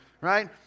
right